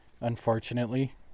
Unfortunately